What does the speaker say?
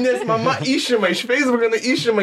nes mama išima iš feisbuko jinai išima